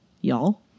y'all